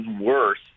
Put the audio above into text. worse